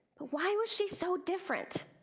but why was she so different?